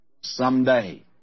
someday